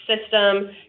system